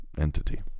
entity